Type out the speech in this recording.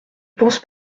pense